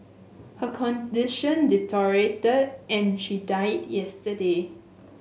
her condition deteriorated and she died yesterday